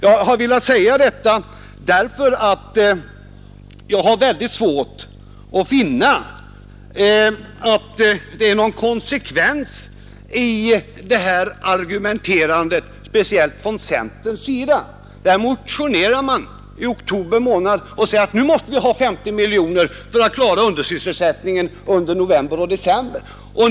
Jag har velat säga detta därför att jag har väldigt svårt att finna att det är någon konsekvens i det här argumenterandet, särskilt från centerns sida. I oktober månad motionerar man och säger: Nu måste vi ha 50 miljoner kronor för att klara undersysselsättningen under november och december.